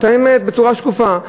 את האמת בצורה שקופה,